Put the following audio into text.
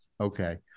okay